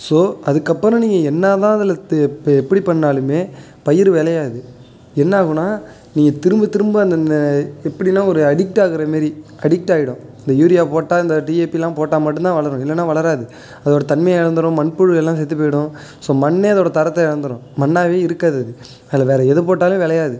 so அதுக்கப்புறம் நீங்கள் என்னா தான் அதில் எப்படி பண்ணுணாலுமே பயிர் விளையாது என்னாகும்னா நீங்கள் திரும்ப திரும்ப அந்த எப்படின்னா ஒரு அடிக்ட் ஆகிற மாரி அடிக்ட் ஆயிடும் அந்த யூரியா போட்டால் இந்த டிஏபிலாம் போட்டால் மட்டும் தான் வளரும் இல்லைனா வளராது அதோடய தன்மையை இழந்துரும் மண்புழு எல்லாம் செத்துப் போய்டும் ஸோ மண்ணே அதோடய தரத்தை இழந்துரும் மண்ணாகவே இருக்காது அது அதில் வேற எது போட்டாலும் விளையாது